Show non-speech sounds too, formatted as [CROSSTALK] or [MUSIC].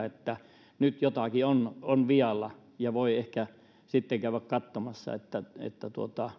[UNINTELLIGIBLE] että nyt jotakin on on vialla ja voi ehkä sitten käydä katsomassa